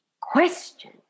question